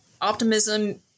optimism